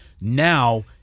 Now